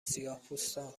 سیاهپوستان